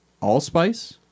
Allspice